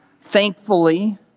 thankfully